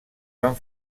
van